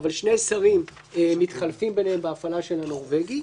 אבל שני שרים מתחלפים ביניהם בהפעלה של הנורבגי,